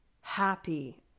happy